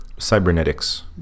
cybernetics